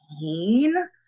pain